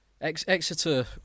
Exeter